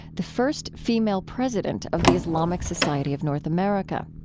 the first female president of the islamic society of north america.